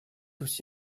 aussi